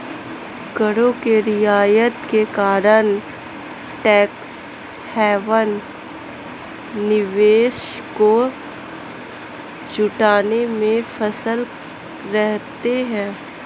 करों के रियायत के कारण टैक्स हैवन निवेश को जुटाने में सफल रहते हैं